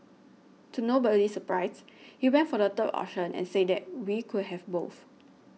to nobody's surprise he went for the third option and said that we could have both